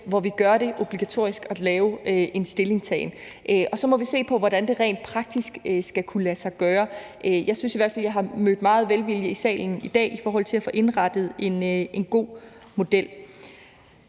hvor vi gør det obligatorisk med en stillingtagen. Og så må vi se på, hvordan det rent praktisk skal kunne lade sig gøre. Jeg synes i hvert fald, jeg har mødt meget velvilje i salen i dag i forhold til at få indrettet en god model.